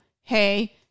hey